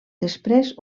després